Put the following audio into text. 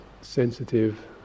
sensitive